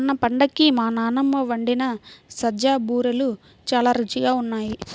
మొన్న పండక్కి మా నాన్నమ్మ వండిన సజ్జ బూరెలు చాలా రుచిగా ఉన్నాయి